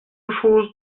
chose